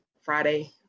Friday